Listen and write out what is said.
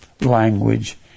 language